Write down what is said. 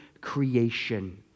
creation